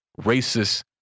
racist